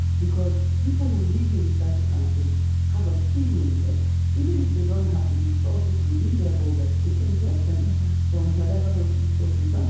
because people who live in such countries have a feeling that even if they don't have resources within their borders, they can get them from wherever those resources are.